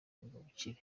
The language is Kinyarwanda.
ubukire